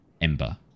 ember